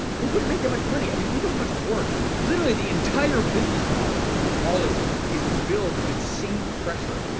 they wouldn't make that much money. i mean think about how much work, literally the entire business model of hollywood, is to build insane pressure,